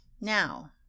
Now